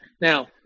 Now